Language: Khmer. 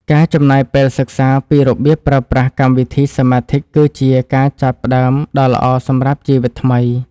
ការចំណាយពេលសិក្សាពីរបៀបប្រើប្រាស់កម្មវិធីសមាធិគឺជាការចាប់ផ្តើមដ៏ល្អសម្រាប់ជីវិតថ្មី។